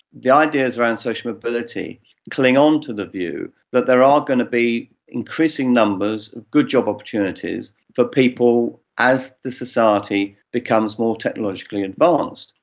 the ideas around social mobility cling onto the view that there are going to be increasing numbers of good job opportunities for people as the society becomes more technologically advanced.